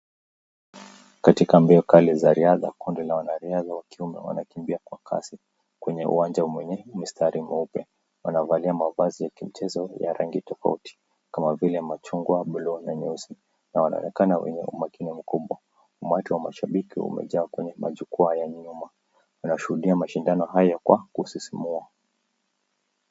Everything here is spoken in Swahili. Katika mbio kali za riadha, kundi la wanariadha wa kiume wanakimbia kwa kasi kwenye uwanja mwenye mistari mweupe. Wanavalia mavazi ya kimchezo ya rangi tofauti kama vile machungwa, buluu na nyeusi na wanaonekana wenye umakini mkubwa. Umati wa mashabiki, umejaa kwenye majukwaa ya nyuma, unashuhudia mashindano hayo kwa kusisimua.